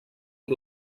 amb